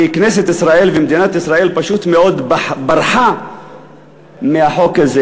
וכנסת ישראל ומדינת ישראל פשוט מאוד ברחו מהחוק הזה